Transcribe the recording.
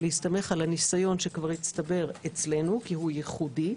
להסתמך על הניסיון שכבר הצטבר אצלנו כי הוא ייחודי.